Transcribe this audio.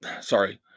sorry